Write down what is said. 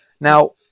Now